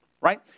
right